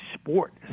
sport